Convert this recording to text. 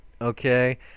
okay